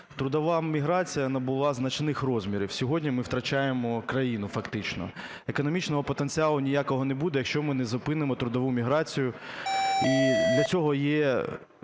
Трудова міграція набула значних розмірів, сьогодні ми втрачаємо країну фактично. Економічного потенціалу ніякого не буде, якщо ми не зупинимо трудову міграцію. І для цього дуже